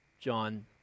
john